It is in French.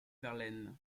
verlaine